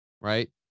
right